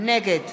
נגד